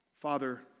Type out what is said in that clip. Father